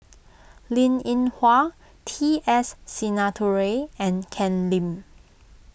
Linn in Hua T S Sinnathuray and Ken Lim